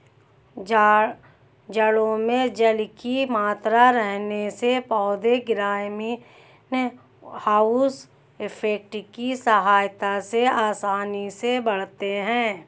जड़ों में जल की मात्रा रहने से पौधे ग्रीन हाउस इफेक्ट की सहायता से आसानी से बढ़ते हैं